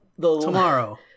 Tomorrow